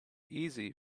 easy